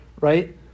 Right